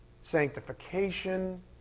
sanctification